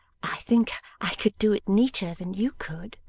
i think i could do it neater than you could